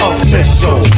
Official